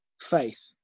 faith